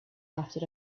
after